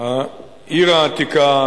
העיר העתיקה,